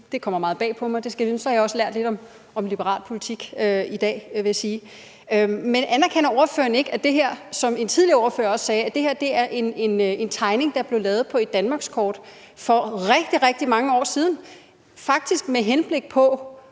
Det kommer meget bag på mig, men så har jeg også lært lidt om liberal politik i dag, vil jeg sige. Men anerkender ordføreren ikke, at det her, som en tidligere ordfører også sagde, er en tegning, der blev lavet på et danmarkskort for rigtig, rigtig mange år siden, og det faktisk var med henblik på,